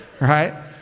right